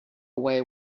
away